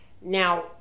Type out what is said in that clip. Now